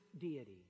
deity